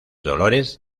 dolores